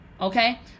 okay